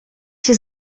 się